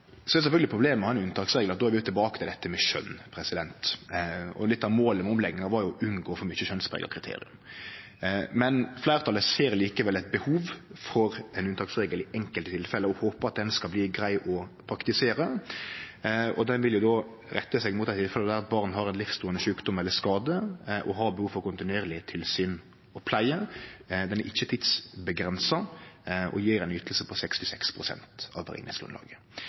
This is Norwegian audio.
Så er sjølvsagt problemet med å ha ein unntaksregel at då er vi tilbake til dette med skjønn, og litt av målet med omlegginga var jo å unngå for mykje skjønnsprega kriterier. Men fleirtalet ser likevel eit behov for ein unntaksregel i enkelte tilfelle og håpar at han skal bli grei å praktisere. Han vil jo då rette seg mot dei barna som på grunn av ein livstruande sjukdom eller skade har behov for kontinuerleg tilsyn og pleie. Han er ikkje tidsavgrensa og gjev ei yting på 66 pst. av berekningsgrunnlaget.